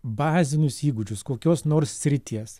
bazinius įgūdžius kokios nors srities